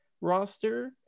roster